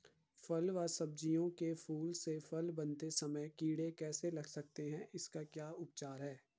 फ़ल व सब्जियों के फूल से फल बनते समय कीड़े कैसे लग जाते हैं इसका क्या उपचार है?